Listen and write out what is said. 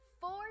Four